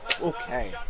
okay